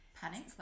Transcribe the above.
panic